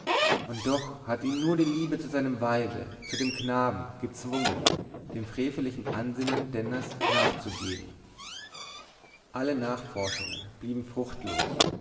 und doch hatte ihn nur die liebe zu seinem weibe zu dem knaben gezwungen dem frevelichen ansinnen denners nachzugeben alle nachforschungen blieben fruchtlos